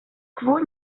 кво